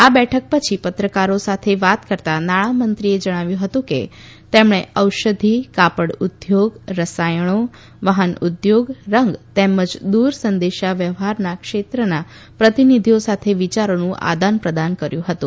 આ બેઠક પછી પત્રકારો સાથે વાત કરતાં નાણાં મંત્રીએ જણાવ્યું હતું કે તેમણે ઔષધી કાપડ ઉદ્યોગ રસાયણો વાહન ઉદ્યોગ રંગ તેમજ દુર સંદેશા વ્યવહારના ક્ષેત્રના પ્રતિનિધિઓ સાથે વિયારોનું આદાન પ્રદાન કર્યુ હતું